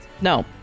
No